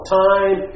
time